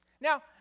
Now